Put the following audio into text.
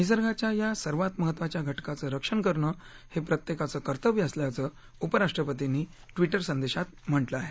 निसर्गाच्या या सर्वात महत्त्वाच्या घटकाचं रक्षण करणं हे प्रत्येकाचं कर्तव्य असल्याचं उपराष्ट्रपतींनी ट्विटर संदेशात म्हटलं आहे